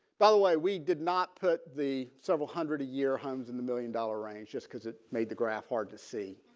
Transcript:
by the way we did not put the several hundred a year homes in the million dollar range just because it made the graph hard to see.